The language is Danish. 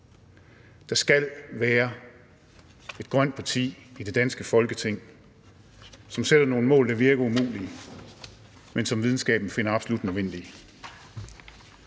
Der skal være et grønt parti i det danske Folketing, som sætter nogle mål, der virker umulige, men som videnskaben finder absolut nødvendige.